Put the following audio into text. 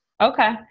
Okay